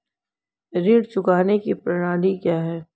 ऋण चुकाने की प्रणाली क्या है?